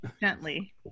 Gently